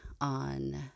on